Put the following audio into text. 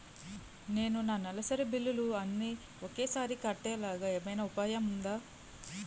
నేను నా నెలసరి బిల్లులు అన్ని ఒకేసారి కట్టేలాగా ఏమైనా ఉపాయం ఉందా?